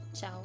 Ciao